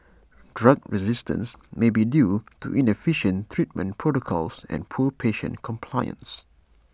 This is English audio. drug resistance may be due to inefficient treatment protocols and poor patient compliance